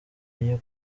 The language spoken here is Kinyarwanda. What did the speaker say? iyo